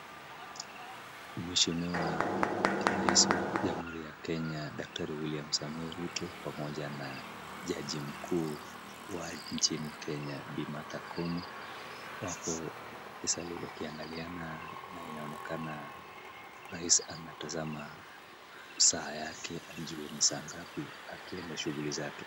Mheshimiwa rais wa jamhuri ya Kenya daktari William Samoei Ruto pamoja na jaji mkuu wa nchini Kenya Bi Martha Koome, wake nisani wakiangaliana na inaonekana rais anatazama saa yake ajue ni saa ngapi akienda shughuli zake.